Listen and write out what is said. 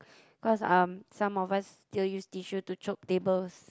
cause um some of us still use tissue to chope tables